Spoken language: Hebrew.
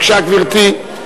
גברתי,